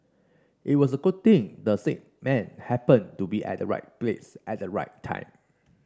it was a good thing the sick man happened to be at the right place at the right time